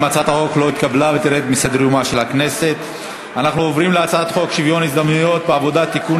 להסיר מסדר-היום את הצעת חוק שוויון ההזדמנויות בעבודה (תיקון,